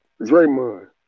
Draymond